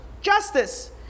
justice